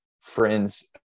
friends